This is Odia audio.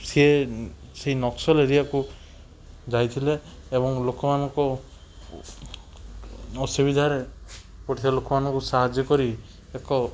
ସିଏ ସେଇ ନକ୍ସଲ ଏରିଆକୁ ଯାଇଥିଲେ ଏବଂ ଲୋକମାନଙ୍କୁ ଅସୁବିଧାରେ ପଡ଼ିଥିବା ଲୋକମାନଙ୍କୁ ସାହାଯ୍ୟ କରି ଏକ